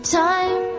time